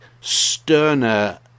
sterner